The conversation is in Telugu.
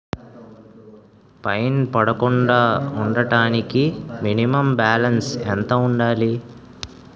ఫైన్ పడకుండా ఉండటానికి మినిమం బాలన్స్ ఎంత ఉండాలి?